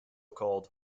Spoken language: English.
called